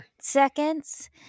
seconds